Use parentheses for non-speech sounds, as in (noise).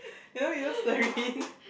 (breath) you know you know Serene